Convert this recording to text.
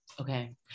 Okay